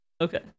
Okay